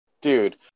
dude